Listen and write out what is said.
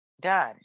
done